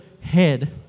head